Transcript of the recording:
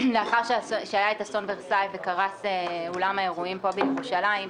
לאחר אסון ורסאי וקרס אולם האירועים בירושלים,